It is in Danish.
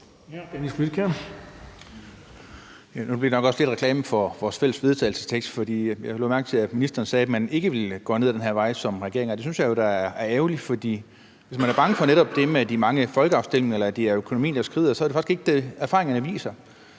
Nu bliver det nok også lidt en reklame for vores fælles vedtagelsestekst. Jeg lagde mærke til, at ministeren sagde, at man som regering ikke ville gå ned ad den her vej, og det synes jeg er ærgerligt, for hvis man er bange for netop det med de mange folkeafstemninger, eller at det er økonomien, der skrider, så er det faktisk ikke det, erfaringerne viser.